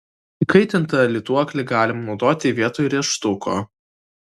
įkaitintą lituoklį galima naudoti vietoj rėžtuko